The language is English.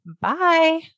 Bye